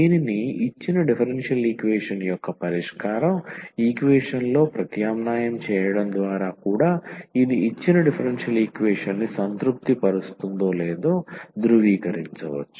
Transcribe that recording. దీనిని ఇచ్చిన differential equation యొక్క పరిష్కారం ఈక్వేషన్ లో ప్రత్యామ్నాయం చేయడం ద్వారా కూడా ఇది ఇచ్చిన డిఫరెన్షియల్ ఈక్వేషన్ ని సంతృప్తి పరుస్తుందో లేదో ధృవీకరించవచ్చు